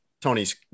tony's